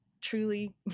Truly